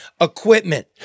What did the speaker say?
equipment